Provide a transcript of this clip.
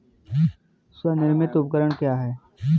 स्वनिर्मित उपकरण क्या है?